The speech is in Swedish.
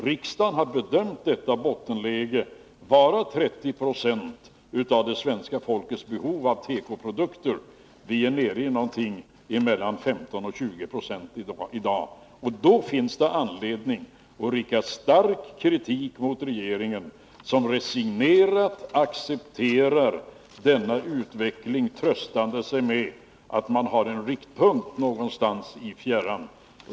Riksdagen har bedömt detta bottenläge vara 30 96 av det svenska folkets behov av tekoprodukter. Vi är nere i någonting mellan 15 och 20 96 i dag, och då finns det anledning att rikta stark kritik mot regeringen som resignerat accepterar denna utveckling tröstande sig med att man har en riktpunkt någonstans i fjärran.